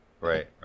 Right